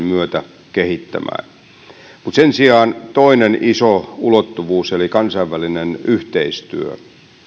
myötä kehittämään mutta sen sijaan toinen iso ulottuvuus eli kansainvälinen yhteistyö